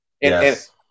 yes